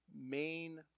main